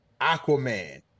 Aquaman